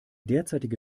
derzeitige